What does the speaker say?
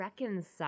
reconcile